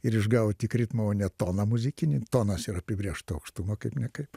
ir išgavo tik ritmą o ne toną muzikinį tonas yra apibrėžto aukštumo kaip ne kaip